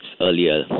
earlier